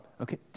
Okay